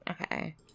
okay